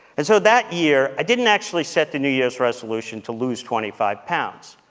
and so that year, i didn't actually set the new year's resolution to lose twenty five pounds.